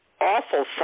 awful